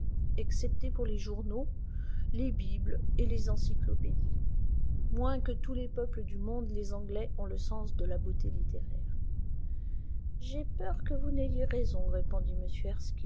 excepté pour les journaux les bibles et les encyclopédies moins que tous les peuples du monde les anglais ont le sens de la beauté littéraire j'ai peur que vous n'ayez raison répondit